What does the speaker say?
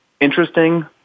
interesting